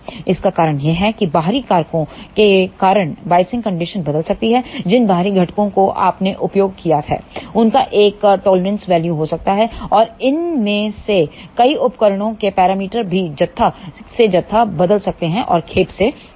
इसका कारण यह है कि बाहरी कारकों के कारण बायसिंग कंडीशन बदल सकती है जिन बाहरी घटकों का आपने उपयोग किया है उनका एक टॉलरेंस वैल्यू हो सकता है और इनमें से कई उपकरणों के पैरामीटर भी जत्था से जत्था बदल सकते हैं और खेप से खेप